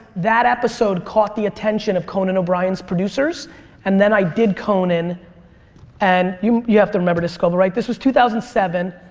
that episode caught the attention of conan o'brien's producers and then i did conan and you you have to remember this scoble, right? this was two thousand and seven.